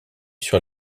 sur